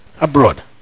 abroad